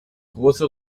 große